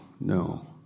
no